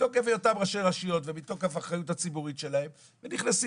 מתוקף היותם ראשי רשויות ומתוקף האחריות הציבורית שלהם ונכנסים